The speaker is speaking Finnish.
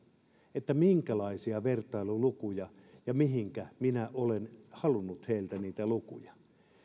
minkälaisia vertailulukuja ja mihinkä minä olen halunnut heiltä niitä lukuja